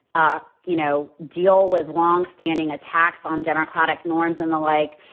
ah you know, deal with long standing attacks on democratic norms and the like.